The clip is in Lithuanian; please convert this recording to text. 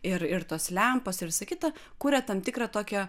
ir ir tos lempos ir visa kita kuria tam tikrą tokią